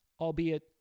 albeit